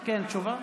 תשובה?